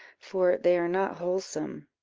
for they are not wholesome.